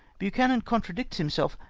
buchanan con tradicts himself,